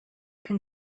can